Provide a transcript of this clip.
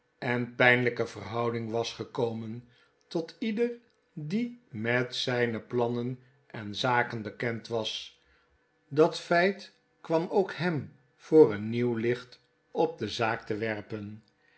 en pijnlijke verhouding was gekomen totieder die met zijne plannen en zaken bekend was dat feit kwam ook hem voor een nieuw licht op de zaak te werpen